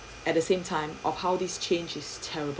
at the same time of how this change is terrible